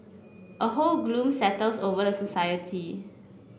a whole gloom settles over the society